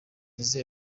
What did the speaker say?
izihe